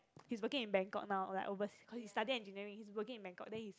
he's working in Bangkok now like overs~ cause he study engineering he's working in Bangkok then he say